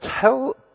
tell